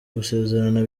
gusezerana